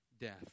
death